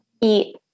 eat